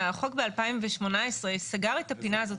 החוק ב-2018 סגר את הפינה הזאת,